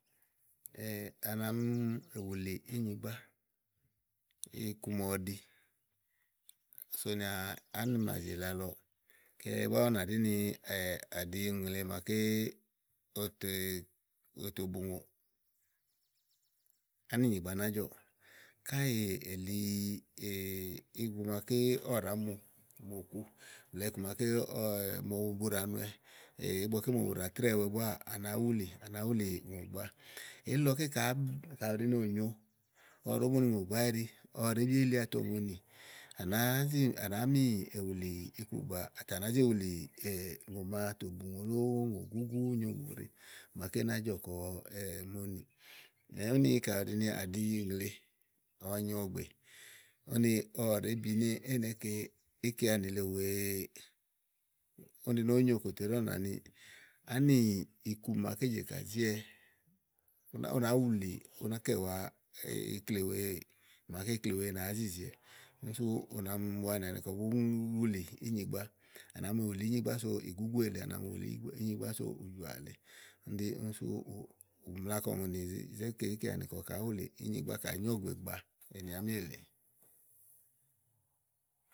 Á nà mi wùlì ínyigbá iku màa ɔwɛ ɖi sònìà ánìmàzi ìla lɔ, kele búá ú nà ɖi ni à ɖi ùŋle màaké òtè, òtò bù ùŋòò, ányìgbanà jɔ̀ɔ. Káèè èli iku maké ɔwɔ ɖàá mu mu mò ku blɛ̀ɛ iku maké ɔwɔ mò bu ɖàa nɔ wɛ ígbɔ ké mó bu ɖàa trɛ́ɛɔwɛ búáà à nàá wulì à nàá wulì ùŋògbàa. Elilɔké ka àá, ka ù ɖi ni ò nyo, ɔwɔ ɖòó bu ni ùŋògbàa éyi ɖi, ɔwɔ ɖèé bi eliatɔ ùŋonì, à nàáá zià nàáá mi wùlì iku gbàaà ètè à nàá zi wùlì ùŋò màa tò bù ùŋò lóó, úŋògúgú nyo mòoɖe màaké ná jɔ kɔ ùŋonì. úni kàɖi ni à ɖi ùŋle màa ɔwɔ nyo ɔ̀gbè, úni ɔwɔ ɖèé bi ni é nèéke íkeanì le wèeè, úni ɖi ni ónyò kòtè ɖí ɔ̀wɔ̀nanìi, ánì ìku màaké jè kà zíwɛ, ú nàá ú nàá wuli, ù nàá kɛ wàa iklewèeè màaké ikle wèe nàáá zi zìiwɛɛ, úni sú ù nà mi wanìà ni kɔ bú wulì ínyigbá, à nàá wulì ínyigbá sò ìgúgú èle à nàá wulì yigbáínyigbá so ìjɔ̀à lèe. úni ɖí, úni sú ù mla ni kɔ ùŋonì i zé ke íkeanì kɔ kàá wulì ínyigbá kà nyó ɔ̀gbègbàa ènì àámi èle.